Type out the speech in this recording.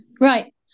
Right